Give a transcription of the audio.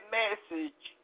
message